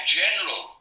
general